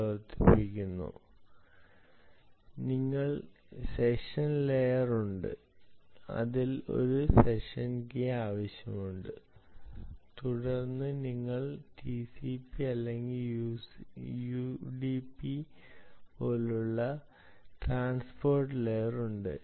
പ്രവർത്തിക്കുന്നു നിങ്ങൾക്ക് session layer ഉണ്ട് അതിന് ഒരു സെഷൻ കീ ആവശ്യമാണ് തുടർന്ന് നിങ്ങൾക്ക് ടിസിപി അല്ലെങ്കിൽ യുഡിപി പോലുള്ള ട്രാൻസ്പോർട്ട് ലെയർ ഉണ്ട്